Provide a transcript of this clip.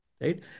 right